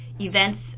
events